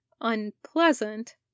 unpleasant